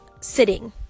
sitting